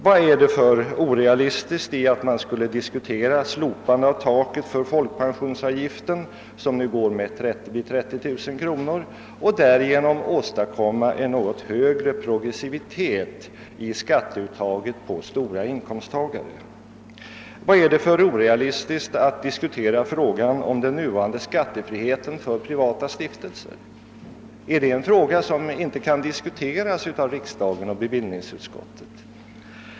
Vad är det för orealistiskt i att diskutera slopandet av taket för folkpensioneringsavgiften, som nu går vid 30 000 kronor, och därigenom åstadkomma en något högre progressivitet i skatteuttaget för stora inkomsttagare? Vad är det för orealistiskt i att diskutera frågan om den nuvarande skattefriheten för privata stiftelser? Är det en fråga som inte kan diskuteras av riksdagen och bevillningsutskottet?